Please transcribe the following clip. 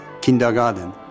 kindergarten